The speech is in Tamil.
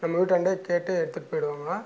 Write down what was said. நம்ம வீட்டாண்டே கேட்டு எடுத்துட் போயிடுவாங்க